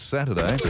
Saturday